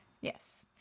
Yes